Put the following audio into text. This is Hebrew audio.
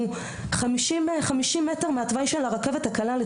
אנחנו מדברים על 50 מטרים מתוואי הרכבת הקלה.